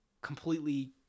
completely